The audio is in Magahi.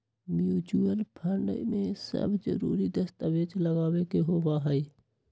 म्यूचुअल फंड में सब जरूरी दस्तावेज लगावे के होबा हई